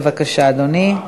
בבקשה, אדוני.